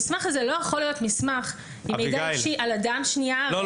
המסמך הזה לא יכול להיות מסמך עם מידע אישי על אדם --- אביגיל,